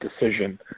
decision